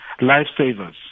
lifesavers